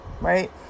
right